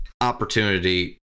opportunity